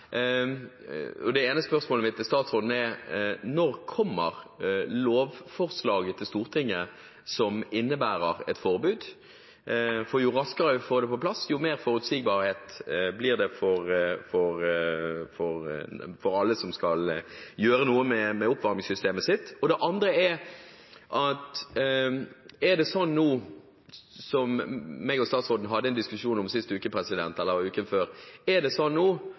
Det ene spørsmålet mitt til statsråden er: Når kommer lovforslaget til Stortinget som innebærer et forbud? Jo raskere vi får det på plass, jo mer forutsigbarhet blir det for alle som skal gjøre noe med oppvarmingssystemet sitt. Det andre er: Er det slik nå, som jeg og statsråden hadde en diskusjon om sist uke, eller uken før, at statsråden er